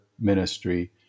ministry